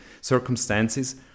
circumstances